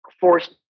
forced